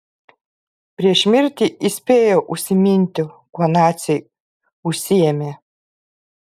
prieš mirtį jis spėjo užsiminti kuo naciai užsiėmė